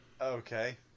Okay